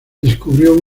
descubrió